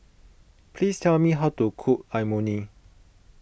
please tell me how to cook Imoni